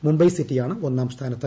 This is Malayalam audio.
മുംബൈ സിറ്റിയാണ് ഒന്നാം സ്ഥാനത്ത്